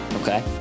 Okay